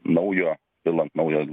naujo pilant naują